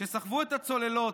שסחבו את הצוללות,